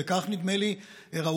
וכך נדמה לי ראוי,